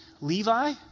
Levi